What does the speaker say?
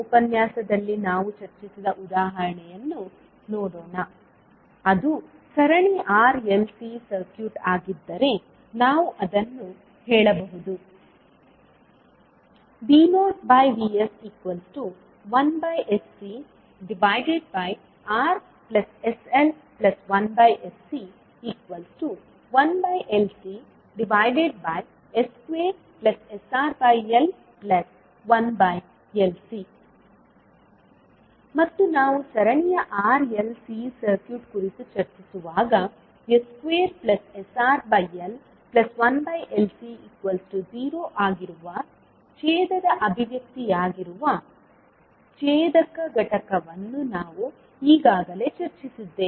ಹಿಂದಿನ ಉಪನ್ಯಾಸದಲ್ಲಿ ನಾವು ಚರ್ಚಿಸಿದ ಉದಾಹರಣೆಯನ್ನು ನೋಡೋಣ ಅದು ಸರಣಿ R L C ಸರ್ಕ್ಯೂಟ್ ಆಗಿದ್ದರೆ ನಾವು ಅದನ್ನು ಹೇಳಬಹುದು V0Vs1sCRsL1sC1LCs2sRL1LCಸ್ಲೈಡ್ ಟೈಮ್ ನೋಡಿ 335 ಮತ್ತು ನಾವು ಸರಣಿಯ R L C ಸರ್ಕ್ಯೂಟ್ ಕುರಿತು ಚರ್ಚಿಸುವಾಗ s2sRL1LC0 ಆಗಿರುವ ಛೇದದ ಅಭಿವ್ಯಕ್ತಿಯಾಗಿರುವ ಛೇದಕ ಘಟಕವನ್ನು ನಾವು ಈಗಾಗಲೇ ಚರ್ಚಿಸಿದ್ದೇವೆ